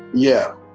yeah.